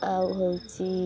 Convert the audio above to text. ଆଉ ହେଉଛି